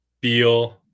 Beal